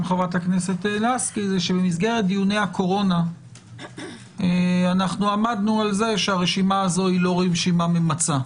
ולסקי במסגרת דיוני הקורונה עמדנו על זה שהרשימה הזו היא לא ממצה.